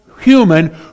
human